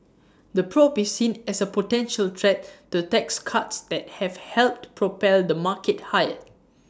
the probe is seen as A potential threat to tax cuts that have helped propel the market higher